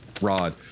Rod